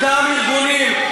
אותם ארגונים,